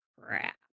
crap